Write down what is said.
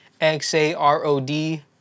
X-A-R-O-D